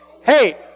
Hey